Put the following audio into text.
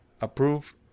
approve